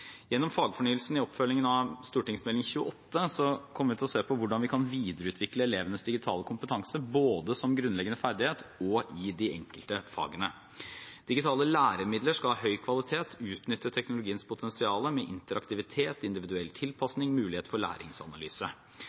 Gjennom fagfornyelsen i oppfølgingen av Meld. St. 28 for 2015–2016 kommer vi til å se på hvordan vi kan videreutvikle elevenes digitale kompetanse, både som grunnleggende ferdighet og i de enkelte fagene. Digitale læremidler skal ha høy kvalitet og utnytte teknologiens potensial, med interaktivitet, individuell tilpassing og mulighet for læringsanalyse.